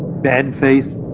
bad faith,